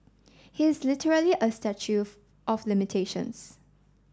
he is literally a statue of limitations